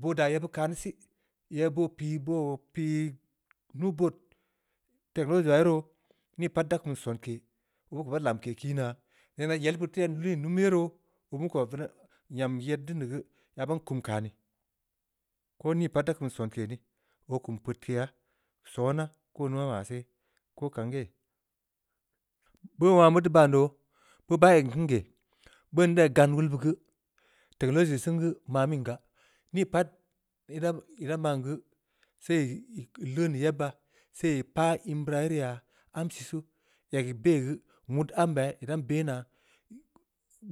Boo daa yebbeud sii, yebbeud boo pii-boo pii nuubood technology aah ye ruu, nii pat da kum sonke, oo beu ko baa lamke kiinaa, nena yel beud em liin numu ye roo, obeun ko veneb, nyam yedin ya geu, ya ban kum kani, ko nii pat daa kum sonke nii, oo kum peudkeya, sona, ko in ning maa maseh, ko kan geh? Beuno wongha meu teu ban doo, beuno baa egn beun geh, beuno nda ya gan wulbeu geu, technology sehn geu, mamin gaa, ni pat ii daa ban geu, ii leun ya yebba, sei ii paa in bra ye rii yaa, am sisuu, eg e beya geu, nwud ambe ya ii dan beh naa,